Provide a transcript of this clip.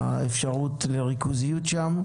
האפשרות לריכוזיות שם,